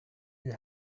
you